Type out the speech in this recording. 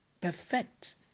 perfect